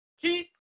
Keep